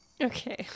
okay